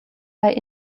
bei